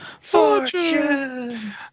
Fortune